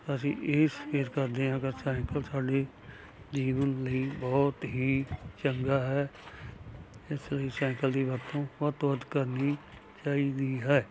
ਅਸੀਂ ਇਹ ਹੀ ਸੰਕੇਤ ਕਰਦੇ ਹਾਂ ਅਗਰ ਸਾਈਂਕਲ ਸਾਡੇ ਜੀਵਨ ਲਈ ਬਹੁਤ ਹੀ ਚੰਗਾ ਹੈ ਇਸ ਲਈ ਸਾਈਂਕਲ ਦੀ ਵਰਤੋਂ ਵੱਧ ਤੋਂ ਵੱਧ ਕਰਨੀ ਚਾਹੀਦੀ ਹੈ